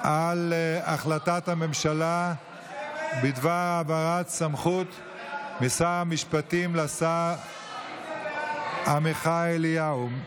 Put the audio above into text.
על החלטת הממשלה בדבר העברת סמכות משר המשפטים לשר עמיחי אליהו.